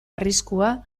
arriskua